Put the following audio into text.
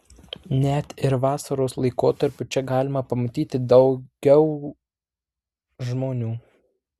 net ir vasaros laikotarpiu čia galima pamatyti daugiau žmonių